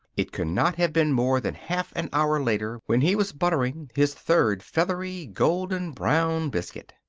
it could not have been more than half an hour later when he was buttering his third feathery, golden-brown biscuit.